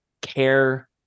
care